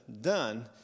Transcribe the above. done